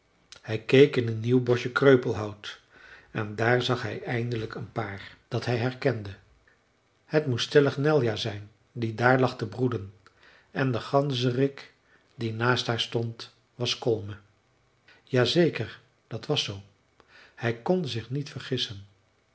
hij keek in een nieuw boschje kreupelhout en daar zag hij eindelijk een paar dat hij herkende dat moest stellig neljä zijn die daar lag te broeden en de ganzerik die naast haar stond was kolme ja zeker dat was zoo hij kon zich niet vergissen